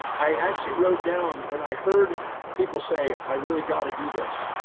i actually wrote down when i heard people say, i really got to do this,